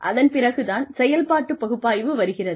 அதன் பிறகு தான் செயல்பாட்டு பகுப்பாய்வு வருகிறது